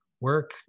work